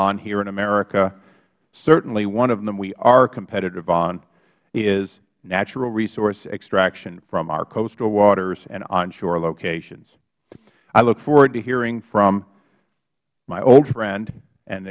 on here in america certainly one of them we are competitive on is natural resource extraction from our coastal waters and onshore locations i look forward to hearing from my old friend and